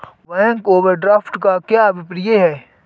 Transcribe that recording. Bank overdraft का क्या अभिप्राय है?